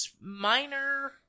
minor